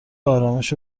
ارامش